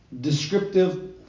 Descriptive